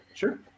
Sure